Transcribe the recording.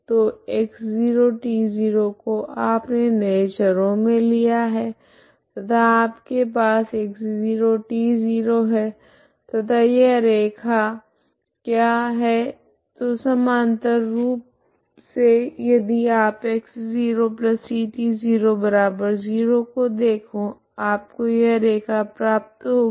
तो x0t0 को आपने नए चरों मे लिया है तथा आपके पास x0t0 है तथा यह रैखा क्या है तो समांतर रूप से यदि आप x0ct00 को देखेआपको यह रैखा प्राप्त होगी